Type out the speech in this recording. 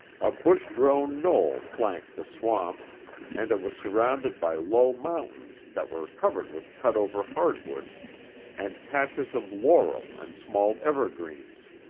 a bush-grown knoll flanked the swamp and it was surrounded by low mountains that were covered with cutover hardwoods and patches of laurel and small evergreens.